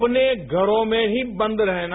अपने घरो में ही बन्द रहना